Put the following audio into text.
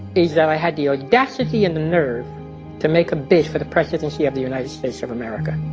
is that i had the audacity and the nerve to make a bid for the presidency of the united states of america.